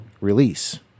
release